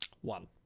One